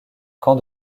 camp